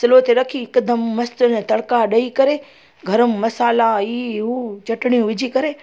slow ते रखी हिकदमि मस्तु अन तड़का ॾेई करे गरम मसाला ई उहा चटिणियूं विझी करे